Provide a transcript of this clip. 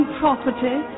property